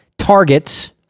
targets